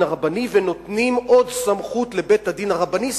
הרבני ונותנים עוד סמכות לבית-הדין הרבני,